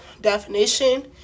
definition